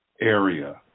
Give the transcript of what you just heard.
area